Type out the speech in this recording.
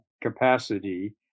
capacity